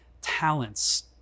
talents